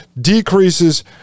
decreases